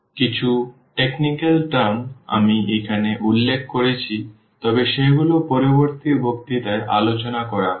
সুতরাং কিছু প্রযুক্তিগত শব্দ আমি এখানে উল্লেখ করছি তবে সেগুলি পরবর্তী বক্তৃতায় আলোচনা করা হবে